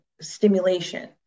stimulation